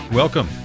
Welcome